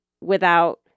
without-